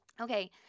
Okay